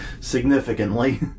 significantly